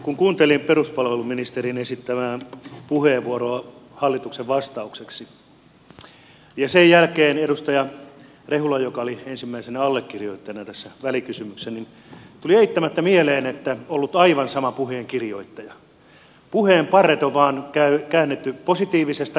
kun kuuntelin peruspalveluministerin esittämää puheenvuoroa hallituksen vastaukseksi ja sen jälkeen edustaja rehulan joka oli ensimmäisenä allekirjoittajana tässä välikysymyksessä niin tuli eittämättä mieleen että on ollut aivan sama puheenkirjoittaja puheenparret on vain käännetty positiivisesta negatiiviseen